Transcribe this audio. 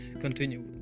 continue